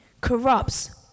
corrupts